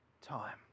time